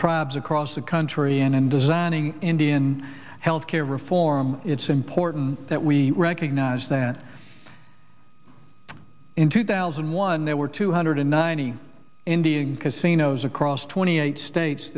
tribes across the country and in designing indian healthcare reform it's important that we recognize that in two thousand and one there were two hundred ninety indian casinos across twenty eight states